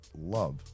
love